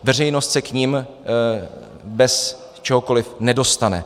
Veřejnost se k nim bez čehokoliv nedostane.